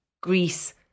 Greece